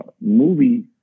Movie